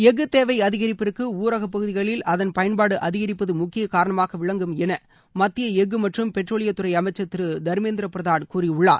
எஃகு தேவை அதிகரிப்பிற்கு ஊரக பகுதிகளில் அதன் பயன்பாடு அதிகரிப்பது முக்கிய காரணமாக விளங்கும் என மத்திய எஃகு மற்றும் பெட்ரோலியத் துறை அமைச்சர் திரு தர்மேந்திர பிரதான் கூறியுள்ளார்